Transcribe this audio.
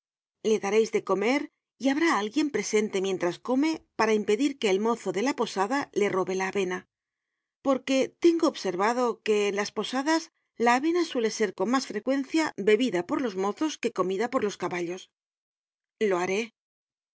que las nuestras content from google book search generated at para impedir que el mozo de la posada le robe la avena porque tengo observado que en las posadas la avena suele ser con mas frecuencia be bida por los mozos que comida por los caballos lo haré